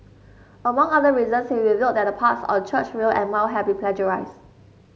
among other reasons he revealed that the parts on Churchill and Mao had been plagiarised